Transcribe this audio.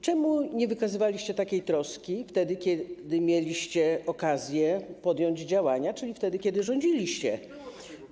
Czemu nie wykazywaliście takiej troski wtedy, kiedy mieliście okazję podjąć działania, czyli wtedy, kiedy rządziliście?